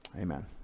amen